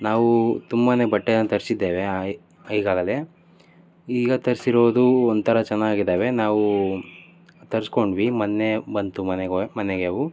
ನಾವು ತುಂಬಾ ಬಟ್ಟೆಯನ್ನು ತರಿಸಿದ್ದೇವೆ ಈಗಾಗಲೇ ಈಗ ತರಿಸಿರೋದು ಒಂದು ಥರ ಚೆನ್ನಾಗಿದ್ದಾವೆ ನಾವು ತರಿಸ್ಕೊಂಡ್ವಿ ಮೊನ್ನೆ ಬಂತು ಮನೆಗವು ಮನೆಗೆ ಅವು